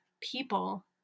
people